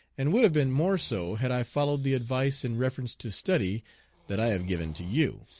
and would have been more so had i followed the advice in reference to study that i have given to you.